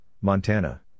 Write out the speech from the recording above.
Montana